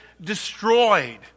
destroyed